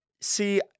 See